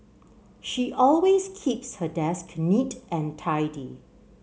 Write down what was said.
she always keeps her desk neat and tidy